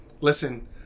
Listen